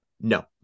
No